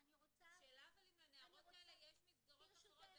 השאלה אם לנערות האלה יש מסגרות אחרות.